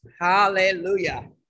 hallelujah